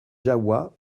jahoua